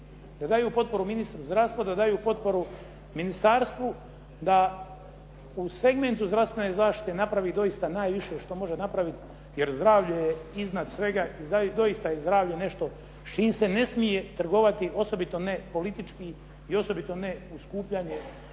da daju potporu ministru zdravstva, da daju potporu ministarstvu, da u segmentu zdravstvene zaštite napravi doista najviše što može napraviti jer zdravlje je iznad svega i doista je zdravlje nešto s čim se ne smije trgovati, osobito ne politički i osobito ne u skupljanju